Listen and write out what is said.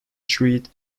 treat